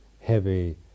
heavy